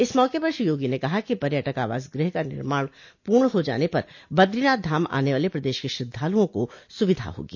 इस मौके पर श्री योगी ने कहा कि पयटक आवास गृह का निर्माण पूर्ण हो जाने पर बद्रीनाथ धाम आने वाले प्रदेश के श्रद्धालुओं को सुविधा होगी